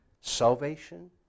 Salvation